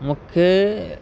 मूंखे